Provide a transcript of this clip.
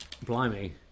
blimey